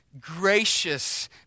gracious